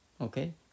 Okay